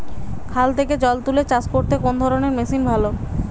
খাল থেকে জল তুলে চাষ করতে কোন ধরনের মেশিন ভালো?